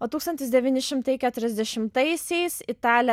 o tūkstantis devyni šimtai keturiasdešimtaisiais italė